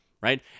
right